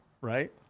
right